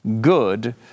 good